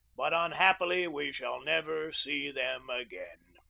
but unhappily we shall never see them again.